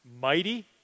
mighty